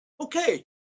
Okay